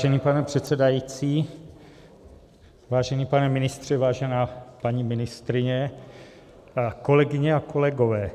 Vážený pane předsedající, vážený pane ministře, vážená paní ministryně, kolegyně a kolegové,